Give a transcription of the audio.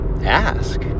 ask